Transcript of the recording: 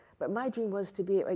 but my dream was to be, like,